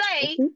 say